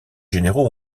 généraux